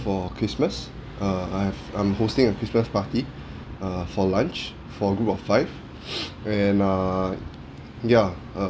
for christmas err I've I'm hosting a christmas party err for lunch for a group of five and err ya err